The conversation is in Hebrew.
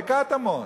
בקטמון?